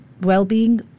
well-being